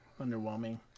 underwhelming